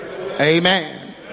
Amen